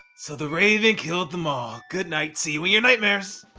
so the raven killed them all. goodnight. see you in your nightmares.